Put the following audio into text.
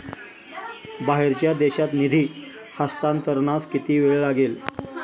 बाहेरच्या देशात निधी हस्तांतरणास किती वेळ लागेल?